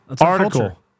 Article